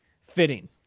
fitting